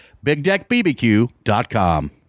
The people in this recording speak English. BigDeckBBQ.com